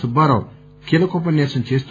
సుబ్బారావు కీలకోపన్యాసం చేస్తూ